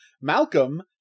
Malcolm